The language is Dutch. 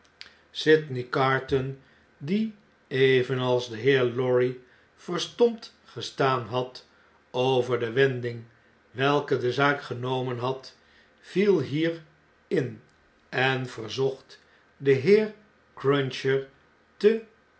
sydney carton die evenals de heer lorry verstomd gestaan had over de wending welke de zaak genomen had viel hier in en verzocht den heer cruncher te